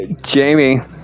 Jamie